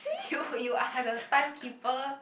you you are the time keeper